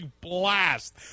blast